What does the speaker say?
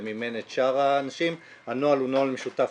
אנחנו התכנסנו כאן כדי להבין איפה נמצא הכסף הזה.